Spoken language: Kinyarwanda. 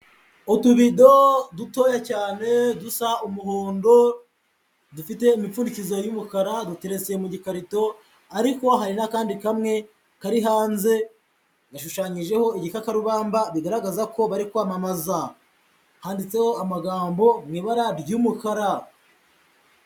Utubido dutoya cyane dusa umuhondo, dufite imipfundikizo y'umukara, duteretse mu gikarito, ariko hari n'akandi kamwe kari hanze, gashushanyijeho igikakarubamba bigaragaza ko bari kwamamaza. Handitseho amagambo mu ibara ry'umukara.